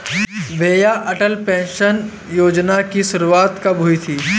भैया अटल पेंशन योजना की शुरुआत कब हुई थी?